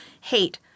hate